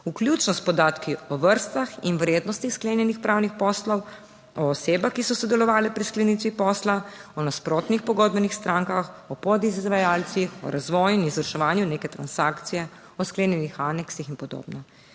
vključno s podatki o vrstah in vrednosti sklenjenih pravnih poslov, o osebah, ki so sodelovale pri sklenitvi posla, o nasprotnih pogodbenih strankah, o podizvajalcih, o razvoju in izvrševanju neke transakcije, o sklenjenih aneksih in podobno.